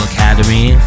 Academy